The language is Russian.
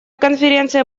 конференция